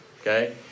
Okay